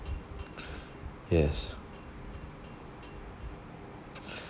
yes